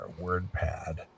Wordpad